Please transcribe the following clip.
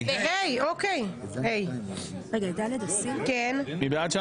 מי בעד?